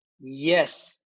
Yes